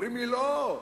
אומרים לי: לא,